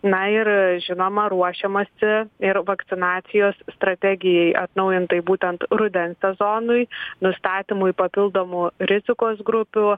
na ir žinoma ruošiamasi ir vakcinacijos strategijai atnaujintai būtent rudens sezonui nustatymui papildomų rizikos grupių